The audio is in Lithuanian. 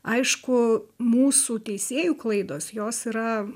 aišku mūsų teisėjų klaidos jos yra